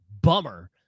bummer